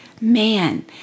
Man